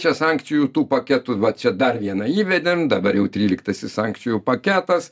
čia sankcijų tų paketų va čia dar vieną įvedėm dabar jau tryliktasis sankcijų paketas